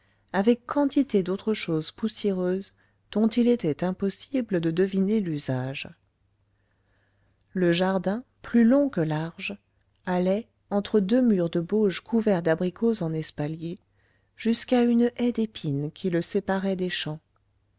avec quantité d'autres choses poussiéreuses dont il était impossible de deviner l'usage le jardin plus long que large allait entre deux murs de bauge couverts d'abricots en espalier jusqu'à une haie d'épines qui le séparait